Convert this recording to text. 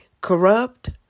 corrupt